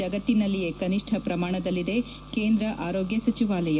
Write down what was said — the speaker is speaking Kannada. ಜಗತ್ತಿನಲ್ಲಿಯೇ ಕನಿಷ್ಠ ಪ್ರಮಾಣದಲ್ಲಿದೆ ಕೇಂದ್ರ ಆರೋಗ್ಯ ಸಚಿವಾಲಯ